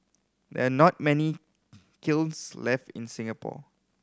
there are not many kilns left in Singapore